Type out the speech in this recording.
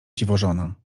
dziwożona